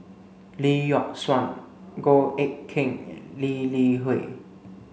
Lee Yock Suan Goh Eck Kheng and Lee Li Hui